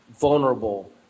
vulnerable